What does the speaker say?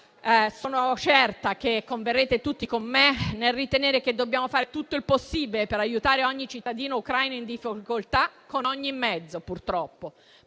Sono certa che converrete tutti con me nel ritenere che dobbiamo fare tutto il possibile per aiutare ogni cittadino ucraino in difficolta con ogni mezzo, purtroppo.